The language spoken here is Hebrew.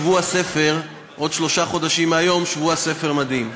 נקבל עוד שלושה חודשים מהיום שבוע ספר מדהים.